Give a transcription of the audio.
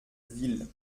ville